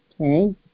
Okay